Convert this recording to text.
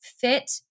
fit